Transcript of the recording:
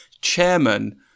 chairman